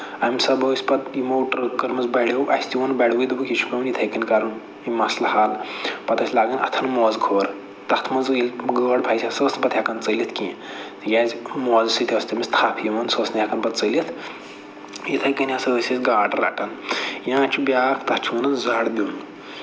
اَمہِ سببہٕ ٲسۍ پَتہٕ یِمو ٹرٕٛک کٔرمٕژ بڈٮ۪و اَسہِ تہِ ووٚن بڈوٕے دوٚپُکھ یہِ چھُ پٮ۪وان یِتھٕے کٔنۍ کَرُن یہِ مسلہٕ حَل پَتہٕ ٲسۍ لگان اَتھن موزٕ کھور تَتھ منٛز ییٚلہِ گٲڈ پھسہِ ہَے سۅ ٲسۍ نہٕ پَتہٕ ہٮ۪کان ژٔلِتھ کیٚنٛہہ تِکیٛازِ موزٕ سۭتۍ ٲسۍ تٔمِس تھپھ یِوان سۄ ٲسۍ نہٕ ہٮ۪کان پَتہٕ ژٔلِتھ یِتھٕے کٔںۍ ہسا ٲسۍ أسۍ گاڈٕ رَٹان یا چھُ بیٛاکھ تتھ چھُ وَنان زَڈ دیُن